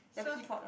sir